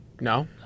No